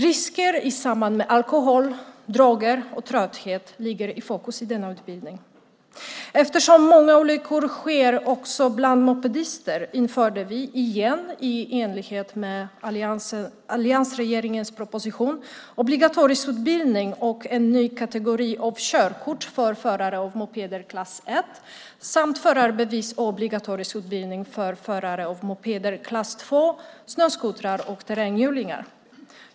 Risker i samband med alkohol, droger och trötthet ligger i fokus i denna utbildning. Eftersom många olyckor sker också bland mopedister införde vi igen i enlighet med alliansregeringens proposition obligatorisk utbildning och en ny kategori av körkort för förare av mopeder klass 1 samt förarbevis och obligatorisk utbildning för förare av mopeder klass 2, snöskotrar och terränghjulingar.